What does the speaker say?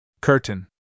Curtain